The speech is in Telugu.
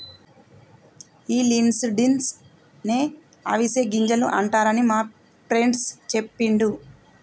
ఈ లిన్సీడ్స్ నే అవిసె గింజలు అంటారని మా ఫ్రెండు సెప్పిండు